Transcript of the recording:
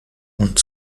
und